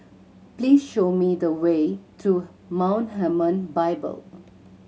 please show me the way to Mount Hermon Bible